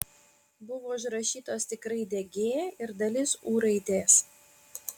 buvo užrašytos tik raidė g ir dalis u raidės